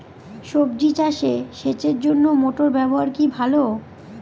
সবজি চাষে সেচের জন্য মোটর ব্যবহার কি ভালো?